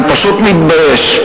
אני פשוט מתבייש.